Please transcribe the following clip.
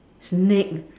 snake